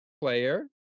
player